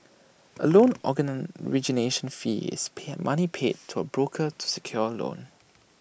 A loan origination fee is paid money paid to A broker to secure A loan